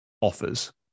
Offers